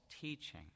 teaching